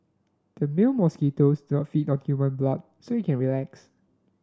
the male mosquitoes don't feed on human blood so you can relax